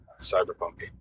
cyberpunk